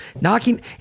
knocking